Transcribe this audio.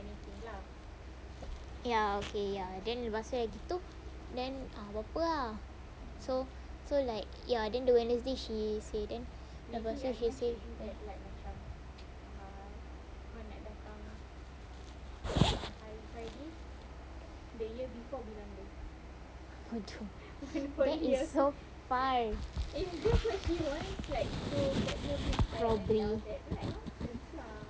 ya okay ya then lepas tu dah gitu then ah apa-apa ah so so like ya then wednesday she say then lepas tu she say !aduh! that is so far probably